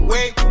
Wait